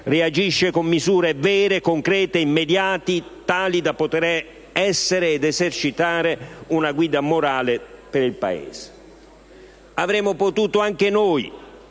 reagisce con misure vere, concrete e immediate, tali da esercitare una guida morale per il Paese. Avremmo potuto dire anche noi